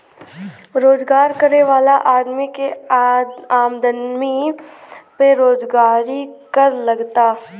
रोजगार करे वाला आदमी के आमदमी पे रोजगारी कर लगला